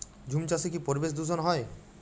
ঝুম চাষে কি পরিবেশ দূষন হয়?